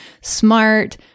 smart